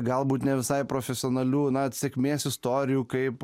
galbūt ne visai profesionalių na sėkmės istorijų kaip